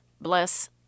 bless